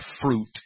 fruit